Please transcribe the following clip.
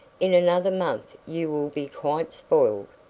in another month you will be quite spoiled.